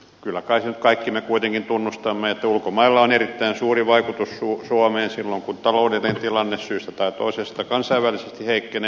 kyllä kai sen nyt kaikki me kuitenkin tunnustamme että ulkomailla on erittäin suuri vaikutus suomeen silloin kun taloudellinen tilanne syystä tai toisesta kansainvälisesti heikkenee